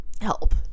help